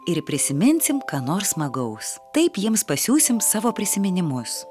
ir prisiminsim ką nors smagaus taip jiems pasiųsim savo prisiminimus